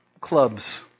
clubs